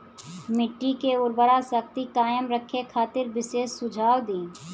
मिट्टी के उर्वरा शक्ति कायम रखे खातिर विशेष सुझाव दी?